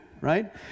right